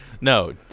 No